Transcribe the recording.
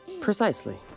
Precisely